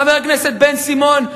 חבר הכנסת בן-סימון,